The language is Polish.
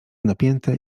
napięte